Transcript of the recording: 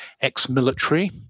ex-military